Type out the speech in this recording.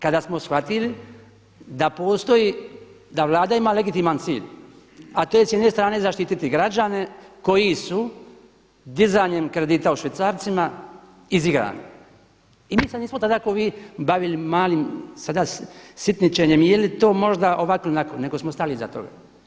Kada smo shvatili da postoji, da Vlada ima legitiman cilj, a to je s jedne strane zaštititi građane koji su dizanjem kredita u švicarcima izigrani i mi se nismo tada kao vi bavili malim sada sitničenjem je li to možda ovako ili onako, nego smo stali iza toga.